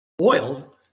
oil